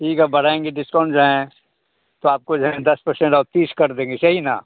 ठीक है बढ़ाएंगे डिस्कउंट जो हैं तो आपको जो हैं दस पर्सेंट और तीस कर देंगे सही ना